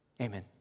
Amen